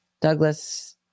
Douglas